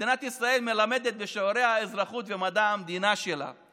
מדינת ישראל מלמדת בשיעורי האזרחות ומדע המדינה שלה על